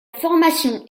formation